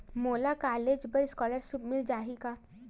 मोला कॉलेज बर स्कालर्शिप मिल जाही का?